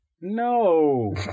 No